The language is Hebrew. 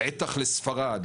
בטח לספרד,